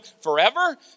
forever